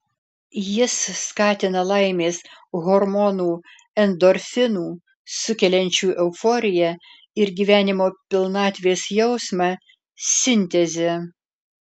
jis skatina laimės hormonų endorfinų sukeliančių euforiją ir gyvenimo pilnatvės jausmą sintezę